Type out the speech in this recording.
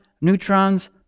neutrons